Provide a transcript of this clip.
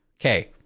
Okay